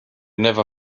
never